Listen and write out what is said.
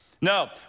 No